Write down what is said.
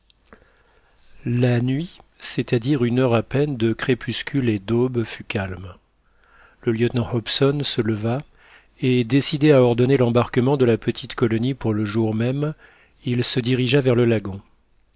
la nuit c'est à dire une heure à peine de crépuscule et d'aube fut calme le lieutenant hobson se leva et décidé à ordonner l'embarquement de la petite colonie pour le jour même il se dirigea vers le lagon